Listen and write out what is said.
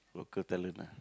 local talent ah